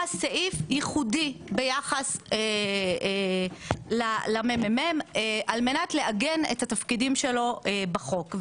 סעיף ייחודי ביחס למ.מ.מ על מנת לעגן את התפקידים שלו בחוק.